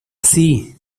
así